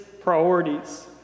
priorities